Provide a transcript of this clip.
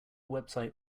website